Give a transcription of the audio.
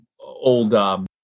old